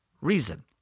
reason